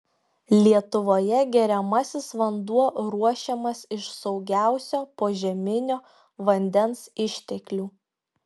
lietuvoje geriamasis vanduo ruošiamas iš saugiausio požeminio vandens išteklių